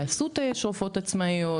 באסותא יש רופאות עצמאיות.